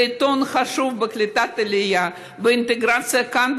זה עיתון חשוב בקליטת העלייה, באינטגרציה כאן,